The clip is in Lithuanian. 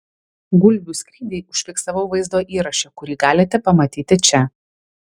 gulbių skrydį užfiksavau vaizdo įraše kurį galite pamatyti čia